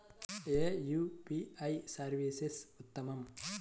ఏ UPI service ఉత్తమము?